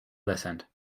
listened